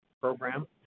program